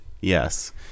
yes